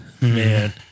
Man